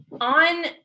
on –